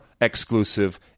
exclusive